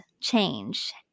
change